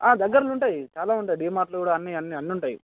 దగ్గరలో ఉంటాయి చాలా ఉంటాయి డీ మార్ట్లు కూడా అన్నీ అన్నీ అన్నీ ఉంటాయి